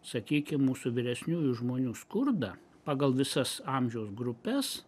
sakykim mūsų vyresniųjų žmonių skurdą pagal visas amžiaus grupes